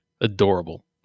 Adorable